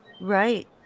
Right